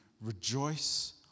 rejoice